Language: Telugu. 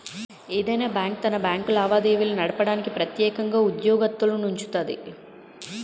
ఏదైనా బ్యాంకు తన బ్యాంకు లావాదేవీలు నడపడానికి ప్రెత్యేకంగా ఉద్యోగత్తులనుంచుతాది